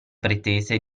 pretese